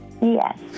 Yes